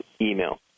email